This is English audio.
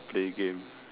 play game